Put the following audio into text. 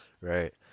right